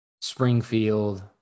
Springfield